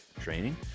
training